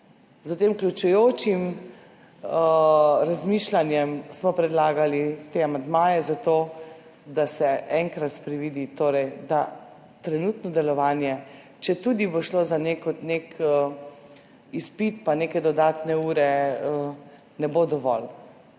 s tem vključujočim razmišljanjem smo predlagali te amandmaje, zato da se enkrat sprevidi, da trenutno delovanje, četudi bo šlo za nek izpit pa neke dodatne ure, ne bo dovolj.